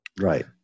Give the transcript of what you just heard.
Right